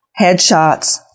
Headshots